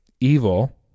Evil